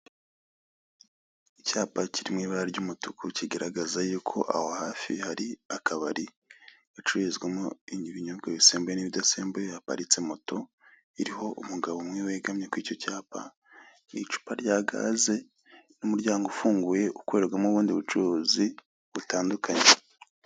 Icyapa kiririmo ibara ry'umutuku kigaragaza yuko aho hafi hari akabari, gacururizwamwo ibinyobwa bisembuye n'ibidasembuye, haparitse moto iriho umugabo umwe wegamye kuri icyo cyapa, hari icupa rya gaze n'umuryango ufunguye ukorerwamwo ubundi bucuruzi butandukanye.